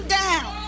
down